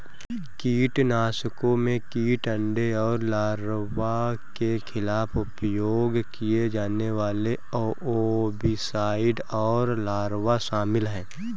कीटनाशकों में कीट अंडे और लार्वा के खिलाफ उपयोग किए जाने वाले ओविसाइड और लार्वा शामिल हैं